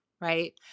right